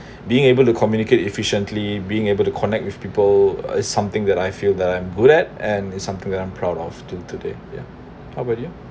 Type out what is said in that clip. being able to communicate efficiently being able to connect with people is something that I feel that I'm good at and it's something that I'm proud of till today ya how about you